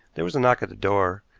there was a knock at the door,